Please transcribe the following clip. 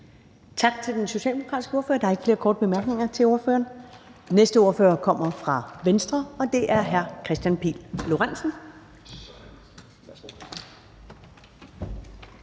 Tak til den socialdemokratiske ordfører. Der er ikke flere korte bemærkninger til ordføreren. Næste ordfører kommer fra Venstre, og det er hr. Kristian Pihl Lorentzen.